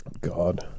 God